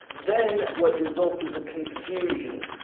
then what results as a confusion.